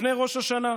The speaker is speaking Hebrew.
מלפני ראש השנה,